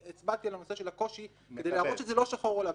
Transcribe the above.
הצבעתי על הנושא של הקושי כדי להראות שזה לא שחור או לבן.